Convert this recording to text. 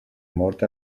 mort